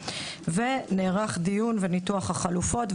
הזרים; ונערך דיון וניתוח החלופות,